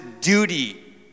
duty